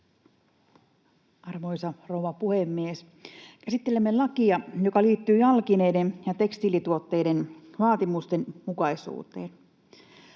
Arvoisa rouva puhemies! Käsittelemme lakia, joka liittyy jalkineiden ja tekstiilituotteiden vaatimustenmukaisuuteen.